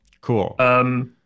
Cool